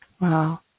Wow